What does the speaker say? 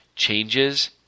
changes